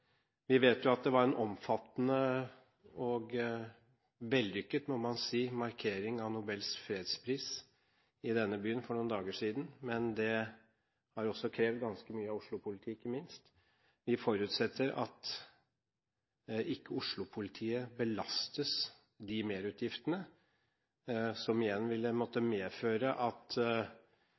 Vi vet at det var en omfattende og vellykket, må man si, markering av Nobels fredspris i denne byen for noen dager siden, men det har også krevd ganske mye av Oslo-politiet, ikke minst. Vi forutsetter at ikke Oslo-politiet belastes de merutgiftene, som igjen vil måtte medføre at